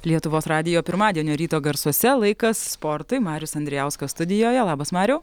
lietuvos radijo pirmadienio ryto garsuose laikas sportui marius andrijauskas studijoje labas mariau